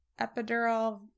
epidural